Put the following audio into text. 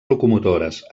locomotores